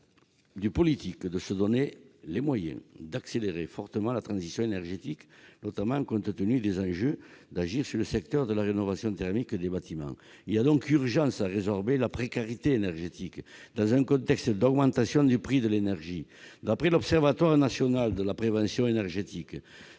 du politique de se donner les moyens d'accélérer fortement la transition énergétique, notamment, compte tenu des enjeux, d'agir sur le secteur de la rénovation thermique des bâtiments. Il y a donc urgence à résorber la précarité énergétique dans un contexte d'augmentation du prix de l'énergie. D'après l'Observatoire national de la précarité énergétique,